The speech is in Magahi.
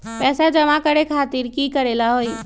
पैसा जमा करे खातीर की करेला होई?